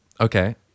Okay